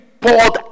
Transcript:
poured